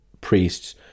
priests